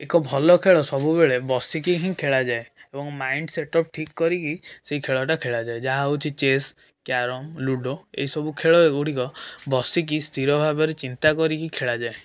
ଏକ ଭଲ ଖେଳ ସବୁବେଳେ ବସିକି ହିଁ ଖେଳାଯାଏ ଏବଂ ମାଇଣ୍ଡ ସେଟଅପ୍ ଠିକ୍ କରିକି ସେଇ ଖେଳଟା ଖେଳାଯାଏ ଯାହା ହେଉଛି ଚେସ୍ କ୍ୟାରମ୍ ଲୁଡ଼ୋ ଏଇ ସବୁ ଖେଳ ଏଗୁଡ଼ିକ ବସିକି ସ୍ଥିର ଭାବରେ ଚିନ୍ତାକରିକି ଖେଳାଯାଏ